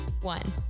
one